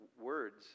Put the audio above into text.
words